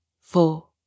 four